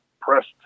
pressed